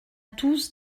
tous